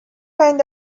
kind